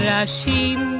Rashim